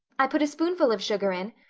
i put a spoonful of sugar in.